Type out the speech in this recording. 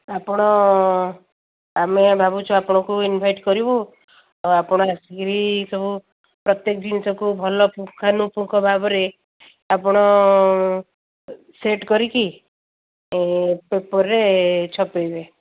ଆପଣ ଆମେ ଭାବୁଛୁ ଆପଣଙ୍କୁ ଇନଭାଇଟ୍ କରିବୁ ଆଉ ଆପଣ ଆସିକିରି ସବୁ ପ୍ରତ୍ୟେକ ଜିନିଷକୁ ଭଲ ପୁଙ୍ଖାନୁ ପୁଙ୍ଖ ଭାବରେ ଆପଣ ସେଟ୍ କରିକି ପେପରରେ ଛପେଇବେ